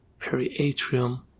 periatrium